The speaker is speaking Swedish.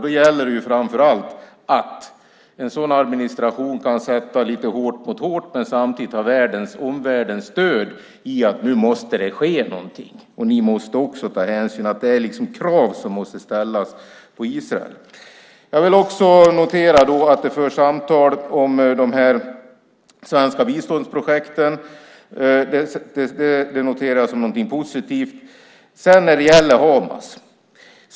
Då gäller det framför allt att en sådan administration kan sätta hårt mot hårt och samtidigt ha omvärldens stöd när det gäller att det nu måste ske någonting, att de också måste ta hänsyn, att det är krav som måste ställas på Israel. Jag vill också notera att det förs samtal om de här svenska biståndsprojekten. Det noterar jag som någonting positivt. Sedan gäller det Hamas.